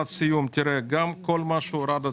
גם לגבי כל מה שהורדתם,